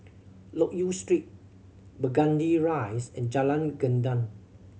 Loke Yew Street Burgundy Rise and Jalan Gendang